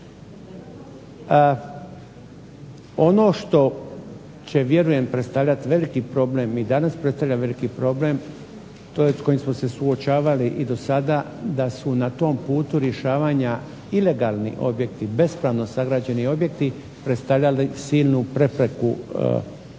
Ono što će vjerujem predstavljat veliki problem i danas predstavlja veliki problem s koji smo se suočavali i do sada, da su na tom putu rješavanja ilegalni objekti, bespravno sagrađeni objekti predstavljali silnu prepreku za